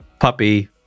puppy